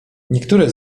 niektóre